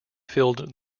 filled